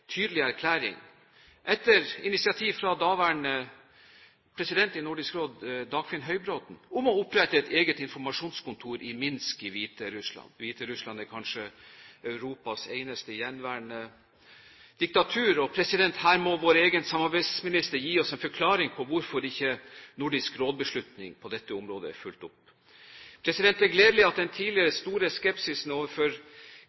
etter initiativ fra daværende president i Nordisk Råd, Dagfinn Høybråten, om å opprette et eget informasjonskontor i Minsk i Hvite-Russland. Hvite-Russland er kanskje Europas eneste gjenværende diktatur, og her må vår egen samarbeidsminister gi oss en forklaring på hvorfor Nordisk Råds beslutning på dette området ikke er fulgt opp. Det er gledelig at den tidligere